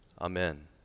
amen